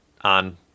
on